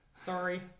Sorry